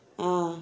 ah